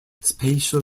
spatial